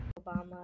Obama